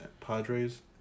Padres